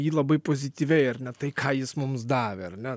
jį labai pozityviai ar ne tai ką jis mums davė ar ne